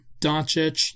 Doncic